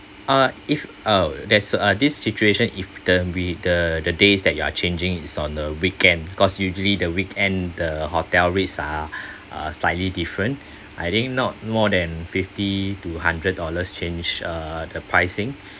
uh if oh there's uh this situation if the we the the days that you are changing is on the weekend cause usually the weekend the hotel rates are uh slightly different I think not more than fifty to hundred dollars change uh the pricing